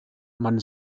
man